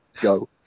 Go